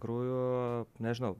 krūvio nežinau